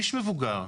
איש מבוגר,